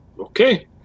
Okay